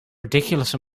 ridiculous